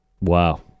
Wow